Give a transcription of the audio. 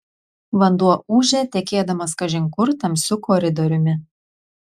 vanduo ūžė tekėdamas kažin kur tamsiu koridoriumi